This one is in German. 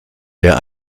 der